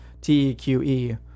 T-E-Q-E